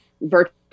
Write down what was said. virtual